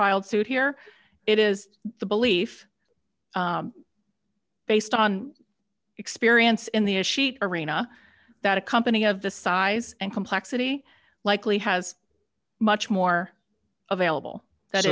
filed suit here it is the belief based on experience in the a sheet arena that a company of this size and complexity likely has much more available that